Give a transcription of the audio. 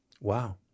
Wow